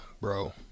Bro